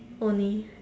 only